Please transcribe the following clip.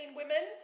women